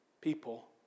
people